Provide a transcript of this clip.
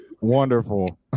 Wonderful